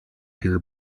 here